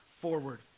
forward